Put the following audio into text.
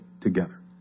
together